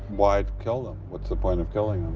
why kill them? what's the point of killing